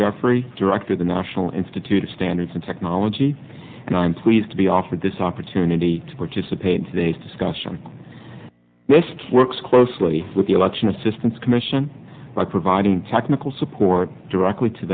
jeffrey director the national institute of standards and technology and i'm pleased to be offered this opportunity to participate in today's discussion list works closely with the election assistance commission by providing technical support directly to